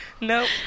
Nope